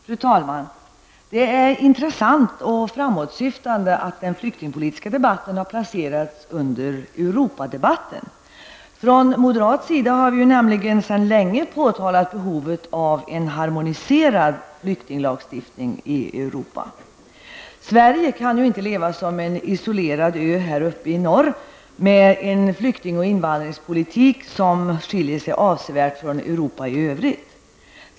Fru talman! Det är intressant och framåtsyftande att den flyktingpolitiska debatten har placerats under Europadebatten. Från moderat sida har vi nämligen sedan länge påtalat behovet av en harmoniserad flyktinglagstiftning i Europa. Sverige kan ju inte leva som en isolerad ö här uppe i norr med en flykting och invandringspolitik som skiljer sig avsevärt från flykting och invandringspolitiken i övriga Europa.